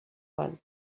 one